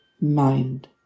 mind